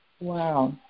Wow